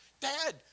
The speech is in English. dad